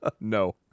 No